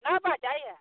नहि आवाज जाइए